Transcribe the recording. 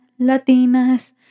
Latinas